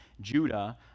Judah